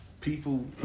people